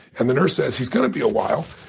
and the nurse says he's going to be a while.